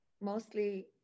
mostly